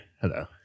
Hello